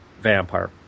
vampire